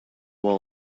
world